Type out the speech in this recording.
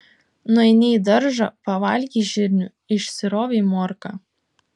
nueini į daržą pavalgei žirnių išsirovei morką